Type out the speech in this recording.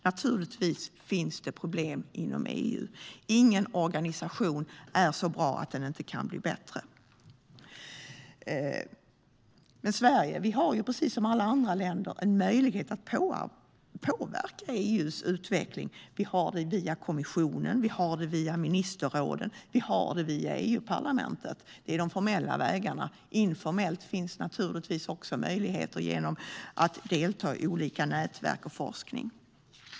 Naturligtvis finns det problem inom EU. Ingen organisation är så bra att den inte kan bli bättre. Sverige har precis som alla andra länder en möjlighet att påverka EU:s utveckling. Vi har denna möjlighet via kommissionen, via ministerråden och via EU-parlamentet. Det är de formella vägarna. Informellt finns det naturligtvis också möjligheter genom deltagande i olika nätverk och forskning.